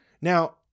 Now